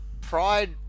Pride